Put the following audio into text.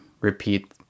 repeat